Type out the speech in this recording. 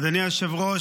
אדוני היושב-ראש,